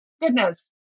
goodness